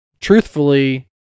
Truthfully